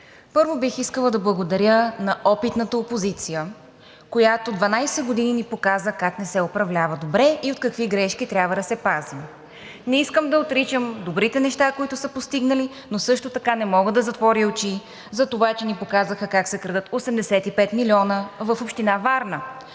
Първо бих искала да благодаря на опитната опозиция, която 12 години ни показа как не се управлява добре и от какви грешки трябва да се пазим. Не искам да отричам добрите неща, които са постигнали, но също така не мога да затворя очи затова, че ни казаха как се крадат 85 милиона в община Варна,